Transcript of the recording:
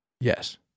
Yes